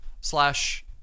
slash